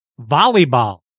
volleyball